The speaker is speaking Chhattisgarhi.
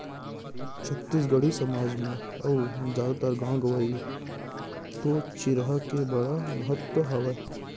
छत्तीसगढ़ी समाज म अउ जादातर गॉंव गँवई तो चरिहा के बड़ महत्ता हावय